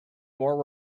more